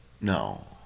No